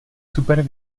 super